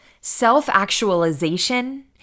self-actualization